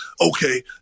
Okay